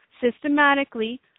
systematically